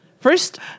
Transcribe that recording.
First